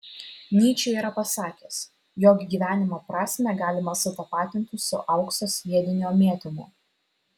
nyčė yra pasakęs jog gyvenimo prasmę galima sutapatinti su aukso sviedinio mėtymu